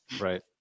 Right